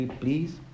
please